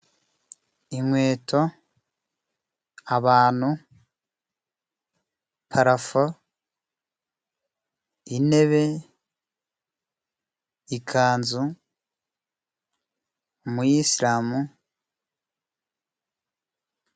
Inkweto, abantu, parafo, intebe, ikanzu, umuyisilamu.